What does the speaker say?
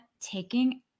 taking